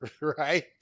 Right